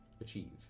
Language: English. achieve